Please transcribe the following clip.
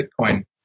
Bitcoin